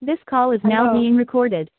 this call is now being recorded